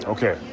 Okay